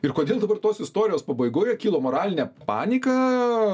ir kodėl dabar tos istorijos pabaigoje kilo moralinė panika